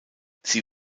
sie